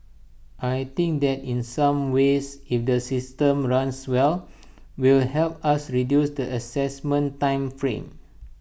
I think that in some ways if the system runs well will help us reduce the Assessment time frame